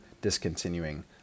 discontinuing